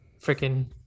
freaking